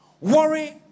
Worry